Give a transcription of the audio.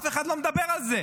אף אחד לא מדבר על זה.